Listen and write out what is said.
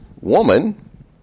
woman